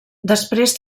després